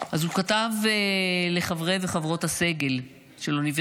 אם יש רצח, אז המשפחה לוקחת על עצמה את האחריות